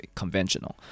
conventional